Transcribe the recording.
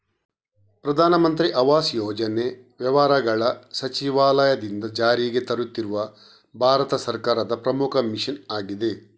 ಪ್ರಧಾನ ಮಂತ್ರಿ ಆವಾಸ್ ಯೋಜನೆ ವ್ಯವಹಾರಗಳ ಸಚಿವಾಲಯದಿಂದ ಜಾರಿಗೆ ತರುತ್ತಿರುವ ಭಾರತ ಸರ್ಕಾರದ ಪ್ರಮುಖ ಮಿಷನ್ ಆಗಿದೆ